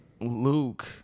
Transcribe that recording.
Luke